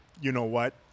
you-know-what